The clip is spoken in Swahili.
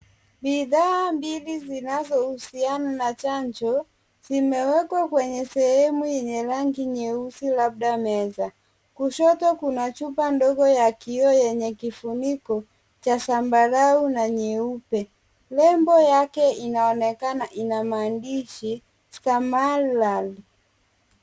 Bidhaa mbili zinazohusiana na chanjo zimewekwa kwenye sehemu yenye rangi nyeusi labda meza. Kushoto kuna chupa ndogo ya kioo yenye kifuniko cha zambarau na nyeupe .Nembo yake inaonekana ina maandishi stamaril.